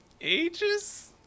Ages